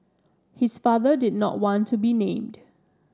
his father did not want to be named